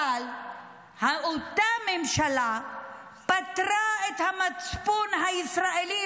אבל אותה ממשלה פטרה את המצפון הישראלי